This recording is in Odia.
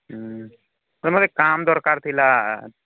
ତ ମୋତେ କାମ୍ ଦର୍କାର୍ ଥିଲା